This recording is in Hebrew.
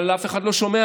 אבל אף אחד לא שומע,